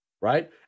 right